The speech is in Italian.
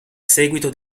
seguito